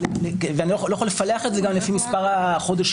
ואני גם לא יכול לפלח את זה לפי מספר החודשים,